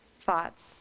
thoughts